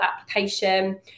application